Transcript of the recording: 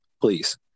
Please